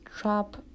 drop